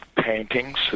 Paintings